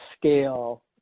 scale